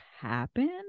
happen